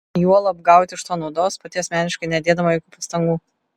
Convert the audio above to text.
juolab gauti iš to naudos pati asmeniškai nedėdama jokių pastangų